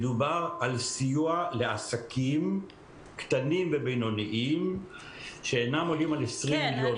מדובר על סיוע לעסקים קטנים ובינוניים שאינם עולים על 20 מיליון שקל.